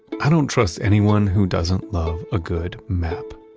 i don't trust anyone who doesn't love a good map.